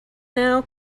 now